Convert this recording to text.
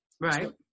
Right